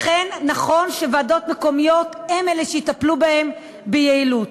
לכן נכון שוועדות מקומיות יהיו אלה שיטפלו בהן ביעילות.